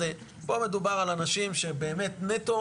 פה מדובר על אנשים שבאמת נטו